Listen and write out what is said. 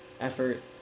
effort